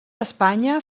espanya